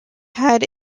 had